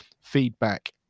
feedback